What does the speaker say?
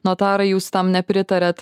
notarai jūs tam nepritariat